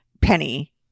penny